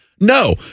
No